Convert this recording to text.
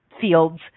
fields